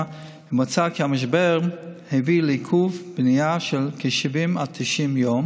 ומצא כי המשבר הביא לעיכוב בנייה של כ-70 עד 90 ימים